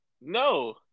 no